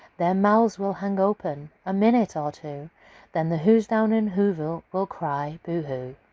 their mouths will hang open a minute or two then the whos down in whoville will cry boo-hoo!